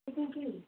Pinki